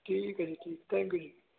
ਠੀਕ ਐ ਜੀ ਥੈਂਕਯੂ ਜੀ